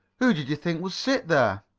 who did you think would sit there?